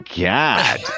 God